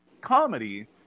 comedy